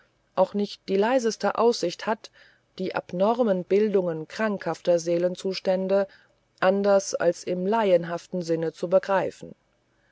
auch nicht die leiseste aussicht hat die abnormen bildungen krankhafter seelenzustände anders als im laienhaften sinne zu begreifen